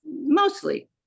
mostly